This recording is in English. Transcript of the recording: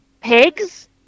pigs